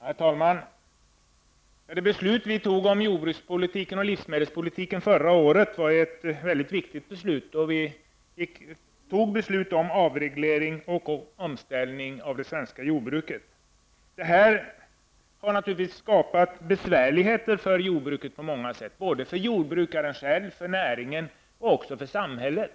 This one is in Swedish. Herr talman! Det beslut som vi förra året fattade om jordbrukspolitiken och livsmedelspolitiken var ett mycket viktigt beslut. Det innebar ett beslut om avreglering och om omställning av det svenska jordbruket. Detta har naturligtvis skapat besvärligheter för jordbruket på många sätt både för jordbrukaren själv, för näringen och för samhället.